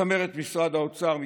צמרת משרד האוצר התפטרה,